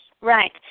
Right